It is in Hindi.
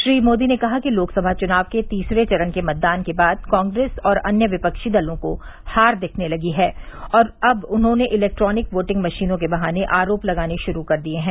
श्री मोदी ने कहा कि लोकसभा चुनाव के तीसरे चरण के मतदान के बाद कांग्रेस और अन्य विपक्षी दलों को हार दिखने लगी है और अब उन्होंने इलेक्ट्रोनिक वोटिंग मशीनों के बहाने आरोप लगाने शुरू कर दिये हैं